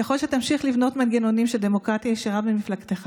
ככל שתמשיך לבנות מנגנונים של דמוקרטיה ישירה במפלגתך